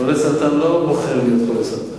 חולה סרטן לא בוחר להיות חולה סרטן.